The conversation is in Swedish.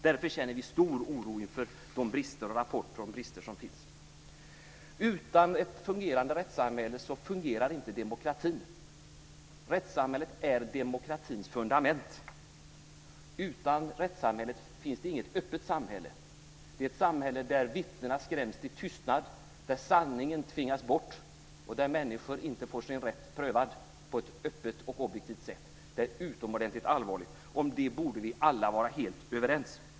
Därför känner vi stor oro inför de brister och rapporter om brister som finns. Utan ett fungerande rättssamhälle fungerar inte demokratin. Rättssamhället är demokratins fundament. Utan rättssamhället finns det inget öppet samhälle. Det är ett samhälle där vittnen skräms till tystnad, där sanningen tvingas bort och där människor inte får sin rätt prövad på ett öppet och objektivt sätt. Det är utomordentligt allvarligt. Om det borde vi alla vara helt överens.